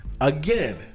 again